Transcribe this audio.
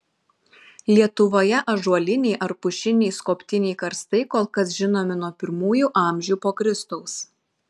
lietuvoje ąžuoliniai ar pušiniai skobtiniai karstai kol kas žinomi nuo pirmųjų amžių po kristaus